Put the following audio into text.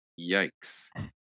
Yikes